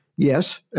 Yes